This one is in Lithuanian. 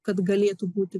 kad galėtų būti